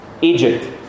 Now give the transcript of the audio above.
Egypt